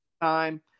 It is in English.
time